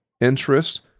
interest